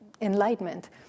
enlightenment